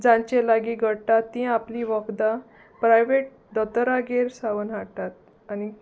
जांचे लागीं घडटा तीं आपली वखदां प्रायवेट दोत्तोरागेर सावन हाडटात आनी